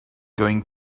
going